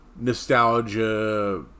Nostalgia